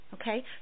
Okay